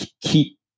keep